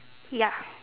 ya